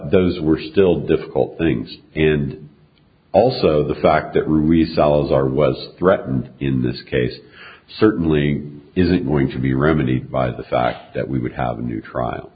those were still difficult things and also the fact that results are was threatened in this case certainly isn't going to be remedied by the fact that we would have a new trial